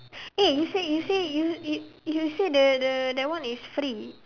eh you say you say you you you say the the that one is free